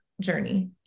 journey